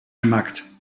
gemaakt